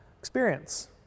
Experience